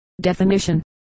Definition